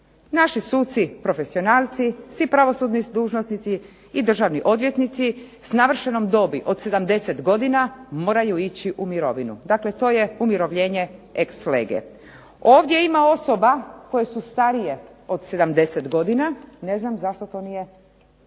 Naši suci profesionalci, svi pravosudni dužnosnici i državni odvjetnici s navršenom dobi od 70 godina moraju ići u mirovinu. Dakle, to je umirovljenje ex lege. Ovdje ima osoba koje su starije od 70 godina, ne znam zašto to nije